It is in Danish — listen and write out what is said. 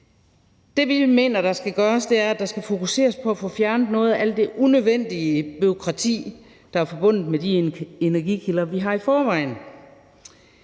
Det, vi mener der skal gøres, er, at der skal fokuseres på at få fjernet noget af alt det unødvendige bureaukrati, der er forbundet med de energikilder, vi har i forvejen.